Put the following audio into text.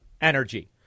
energy